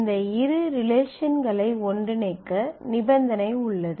இந்த இரு ரிலேஷன்களை ஒன்றிணைக்க நிபந்தனை உள்ளது